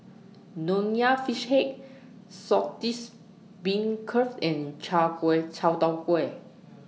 Nonya Fish Head Saltish Beancurd and Chai Kuay Chai Tow Kuay